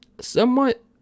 somewhat